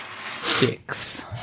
Six